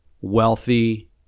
wealthy